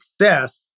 success